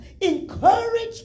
Encourage